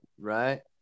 right